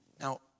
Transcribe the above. Now